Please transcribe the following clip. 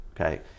Okay